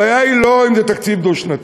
הבעיה היא לא אם זה תקציב דו-שנתי,